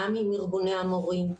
גם ארגוני המורים,